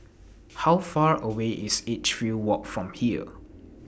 How Far away IS Edgefield Walk from here